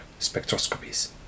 spectroscopies